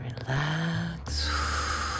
relax